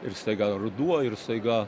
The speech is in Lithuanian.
ir staiga ruduo ir staiga